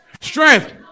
strength